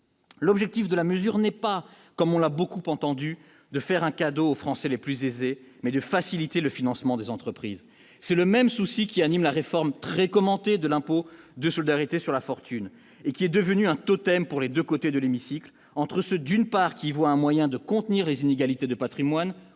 l'objectif de la mesure n'est pas comme on l'a beaucoup entendu de faire un cadeau aux Français les plus aisés mais de faciliter le financement des entreprises, c'est le même souci qui anime la réforme très commentée de l'impôt de solidarité sur la fortune et qui est devenu un totem pour les 2 côtés de l'hémicycle, entre ceux d'une part, qui voit un moyen de contenir les inégalités de Patrimoine,